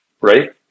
right